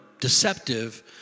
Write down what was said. deceptive